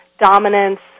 dominance